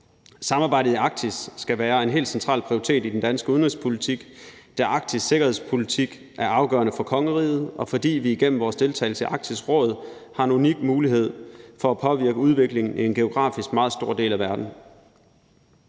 Samarbejdet i Arktis skal være en helt central prioritet i den danske udenrigspolitik, da arktisk sikkerhedspolitik er afgørende for kongeriget, og fordi vi igennem vores deltagelse i Arktisk Råd har en unik mulighed for at påvirke udviklingen i en geografisk meget stor del af verden